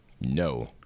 No